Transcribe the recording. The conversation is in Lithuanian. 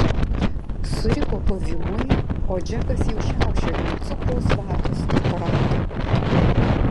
suriko pavymui o džekas jau šiaušė link cukraus vatos aparato